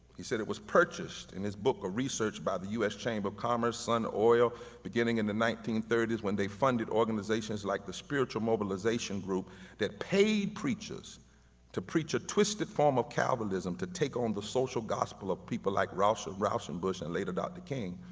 he said it was purchased in his book of research by the us chamber of commerce on oil beginning in the nineteen thirty s when they funded organizations like the spiritual mobilization group that paid preachers to preach a twisted form of calvinism to take on the social gospel of people like rauschenbusch rauschenbusch and later dr. king,